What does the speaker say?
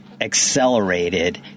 accelerated